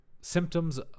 symptoms